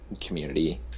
community